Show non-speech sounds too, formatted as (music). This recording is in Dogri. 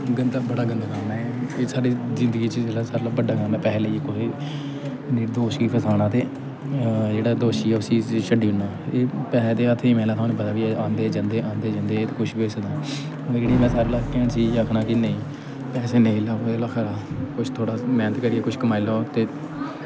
गंदा बड़ा गंदा कम्म ऐ एह् एह् साढ़ी जिन्दगी च जेह्ड़ा सारे ला बड्डा कम्म ऐ पैसे लेइयै कुसै गी निर्दोश गी फसाना ते जेह्ड़ा दोशी ऐ उस्सी उस्सी छड्डी ओड़ना एह् पैसे ते हत्थें दी मैल ऐ थुहानूं पता बी ऐ औंदे जंदे औंदे जंदे एह् ते कुछ बी होई सकदा मेरी (unintelligible) सारे ला घैंट चीज आखनां कि नेईं पैसे नेईं लैओ एह्दे कोला खरा ऐ थोह्ड़ा मेह्नत करियै कुछ कमाई लैओ ते